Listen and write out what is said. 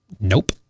nope